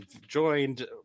joined